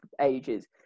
ages